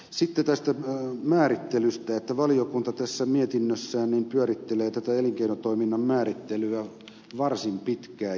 sitten tästä määrittelystä kun valiokunta mietinnössään pyörittelee elinkeinotoiminnan määrittelyä varsin pitkään